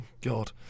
God